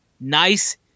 nice